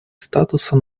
статуса